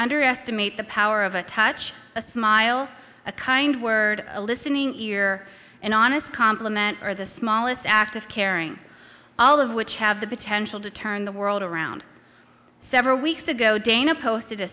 underestimate the power of a touch a smile a kind word a listening ear an honest compliment or the smallest act of caring all of which have the potential to turn the world around several weeks ago dana posted a